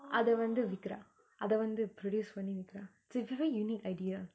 அதவந்து விக்குரா அதவந்து:athavanthu vikkura athavanthu produce பன்னி விக்குரா:panni vikkura it's a very unique idea